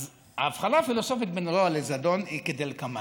ההבחנה הפילוסופית בין רוע לזדון היא כדלקמן: